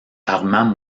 armand